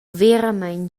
veramein